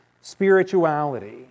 spirituality